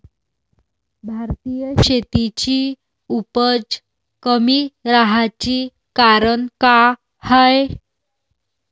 भारतीय शेतीची उपज कमी राहाची कारन का हाय?